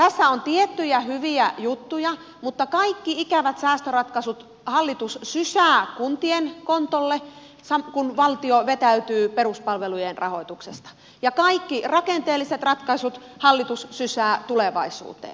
tässä on tiettyjä hyviä juttuja mutta kaikki ikävät säästöratkaisut hallitus sysää kuntien kontolle kun valtio vetäytyy peruspalvelujen rahoituksesta ja kaikki rakenteelliset ratkaisut hallitus sysää tulevaisuuteen